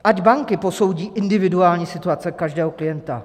Ať banky posoudí individuální situaci každého klienta.